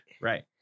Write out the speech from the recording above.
Right